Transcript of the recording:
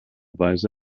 weise